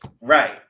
Right